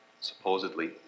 supposedly